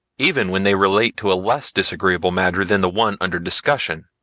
even when they relate to a less disagreeable matter than the one under discussion.